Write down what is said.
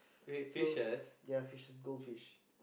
so ya fishes goldfish